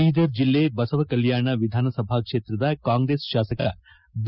ಬೀದರ್ ಜಿಲ್ಲೆ ಬಸವಕಲ್ಕಾಣ ವಿಧಾನಸಭಾ ಕ್ಷೇತ್ರದ ಕಾಂಗ್ರೆಸ್ ಶಾಸಕ ಬಿ